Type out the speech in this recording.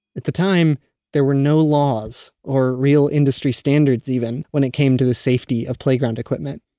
at the time there were no laws or real industry standards even when it came to the safety of playground equipment.